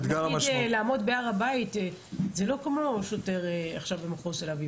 לעמוד בהר הבית זה לא כמו שוטר במחוז תל אביב,